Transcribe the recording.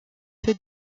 peu